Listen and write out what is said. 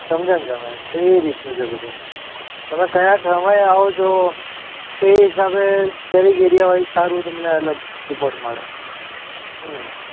સમજ્યા ને તમે તો એ રીતે છે બધું તમે કયા સમયે આવો છો એ હિસાબે દરેક એરિયા વાઇસ સારું તમને એનો રિપોર્ટ મળે હમ્મ